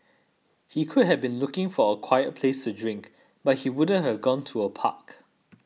he could have been looking for a quiet place to drink but he wouldn't have gone to a park